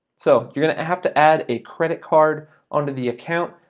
so you're gonna have to add a credit card onto the account.